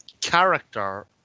character